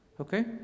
okay